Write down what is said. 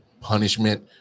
punishment